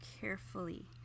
carefully